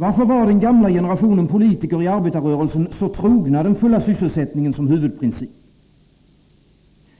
Varför var den gamla generationen politiker i arbetarrörelsen så trogen den fulla sysselsättningen som huvudprincip?